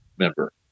member